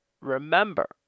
remember